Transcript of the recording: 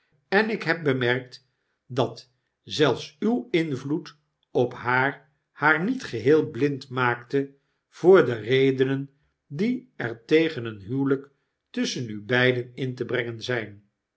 en ik heb bemerkt dat zelfs uw invloed op haar haar niet geheel blind maakte voor de redenen die er tegen een huwelijk tusschen u beiden in te brengen zijn